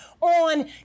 on